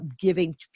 giving